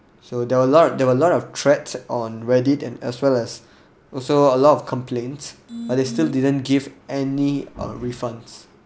so there were a lot of there were a lot of threads on reddit and as well as also a lot of complaints but they still didn't give any uh refunds